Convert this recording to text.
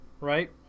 right